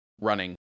running